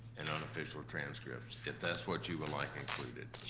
and unofficial transcripts if that's what you would like included